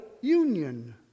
union